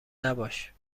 نباش